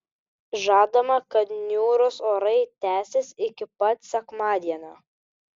žadama kad niūrūs orai tęsis iki pat sekmadienio